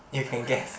you can guess